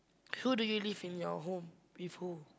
who do you live in your home with who